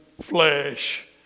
flesh